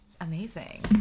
Amazing